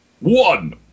One